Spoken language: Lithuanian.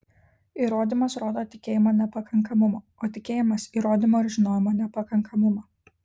įrodymas rodo tikėjimo nepakankamumą o tikėjimas įrodymo ir žinojimo nepakankamumą